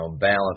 balance